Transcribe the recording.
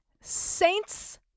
Saints